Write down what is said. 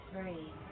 three